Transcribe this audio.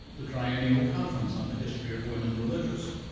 the triennial conference on the history of women religious,